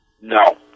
No